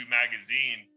magazine